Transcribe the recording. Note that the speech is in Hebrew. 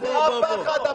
נראה לך שראש הממשלה --- יעל,